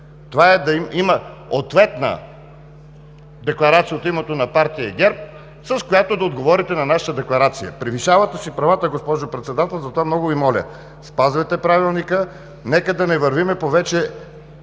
това е да има ответна декларация от името на партия ГЕРБ, с която да отговорите на нашата декларация. Превишавате си правата, госпожо Председател, затова много Ви моля, спазвайте Правилника. Нека да не вървим по вече